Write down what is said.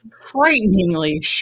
frighteningly